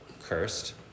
cursed